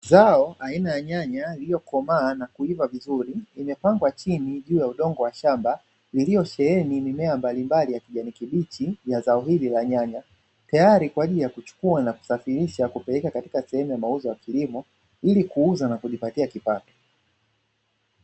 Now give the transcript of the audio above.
Zao aina ya nyanya iliyokomaa na kuiva vizuri imepangwa chini juu ya udongo wa shamba iliosheheni mimea mbalimbali ya kijani kibichi ya zao hili la nyanya, tayari kwa ajili ya kuchukua na kusafisha kupeleka katika sehemu ya mauzo ya kilimo ili kuuza na kujipatia kipato.